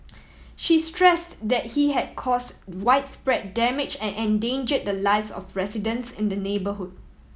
she stressed that he had caused widespread damage and endanger the lives of residents in the neighbourhood